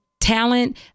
talent